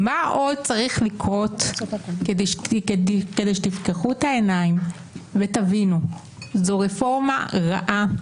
מה עוד צריך לקרות כדי שתפקחו את העיניים ותבינו שזאת רפורמה רעה?